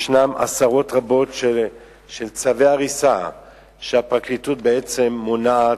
יש עשרות רבות של צווי הריסה שהפרקליטות בעצם מונעת,